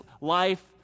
life